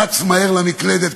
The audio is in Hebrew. רץ מהר למקלדת,